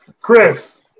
Chris